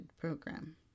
Program